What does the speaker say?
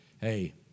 hey